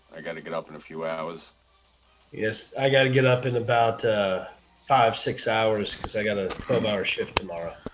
i gotta get up in a few hours yes, i gotta get up in about five six hours cuz i got a um power shift tomorrow.